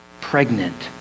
pregnant